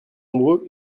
nombreux